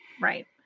Right